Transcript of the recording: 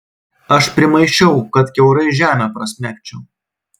aš primaišiau kad kiaurai žemę prasmegčiau